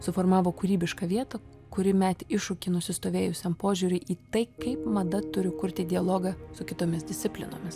suformavo kūrybišką vietą kuri metė iššūkį nusistovėjusiam požiūriui į tai kaip mada turi kurti dialogą su kitomis disciplinomis